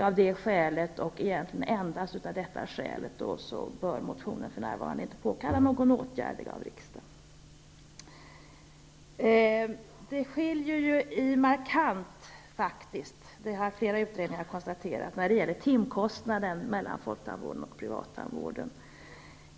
Av det skälet och egentligen enbart av detta skäl bör motionen för närvarande inte påkalla någon åtgärd av riksdagen. Det skiljer markant -- det har flera utredningar konstaterat -- i timkostnad mellan folktandvården och privattandvården.